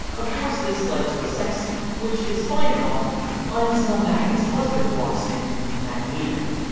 of course, this led to a sex scene which is fine and all until magda's husband walks in, magneto.